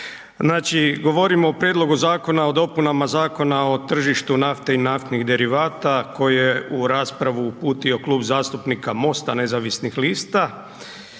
Znači, govorimo o Prijedlogu zakona o dopunama Zakona o tržištu nafte i naftnih derivata koje je u raspravu uputio Klub zastupnika MOST-a nezavisnih lista